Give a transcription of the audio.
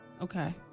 Okay